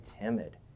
timid